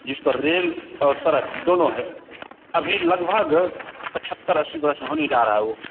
जिस पर रेल और सड़क दोनों हैं अभी लगभग पचहत्तर अस्सी बरस होने जा रहा है वह